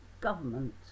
government